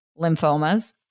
lymphomas